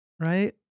right